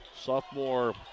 sophomore